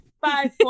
five